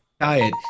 diet